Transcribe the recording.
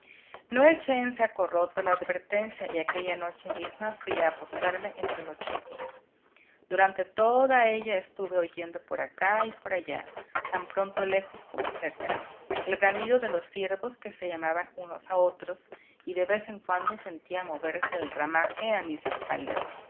no eché en saco roto la advertencia y aquella noche misma fui a apostarme entre los chopos durante toda ella estuve oyendo por acá y por allá tan pronto lejos como cerca el bramido de los ciervos que se llamaban unos a otros y de vez en cuando sentía moverse el ramaje a mis espaldas